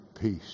peace